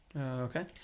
Okay